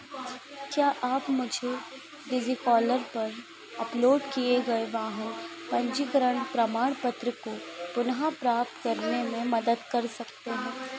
क्या आप मुझे डिजीकॉलर पर अपलोड किए गए वहाँ पंजीकरण प्रमाण पत्र को पुनः प्राप्त करने में मदद कर सकते हैं